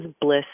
bliss